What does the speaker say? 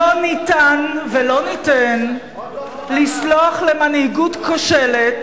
לא ניתַן ולא ניתן לסלוח למנהיגות כושלת